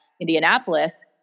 Indianapolis